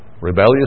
rebellious